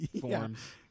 forms